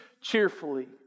cheerfully